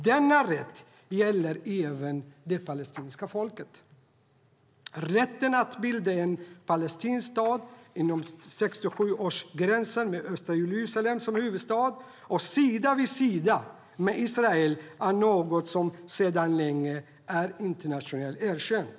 Denna rätt gäller även det palestinska folket. Rätten att bilda en palestinsk stat inom 1967 års gränser med östra Jerusalem som huvudstad, sida vid sida med Israel, är sedan länge internationellt erkänd.